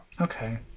Okay